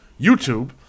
YouTube